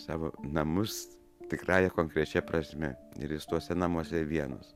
savo namus tikrąja konkrečia prasme ir jis tuose namuose vienas